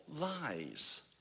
lies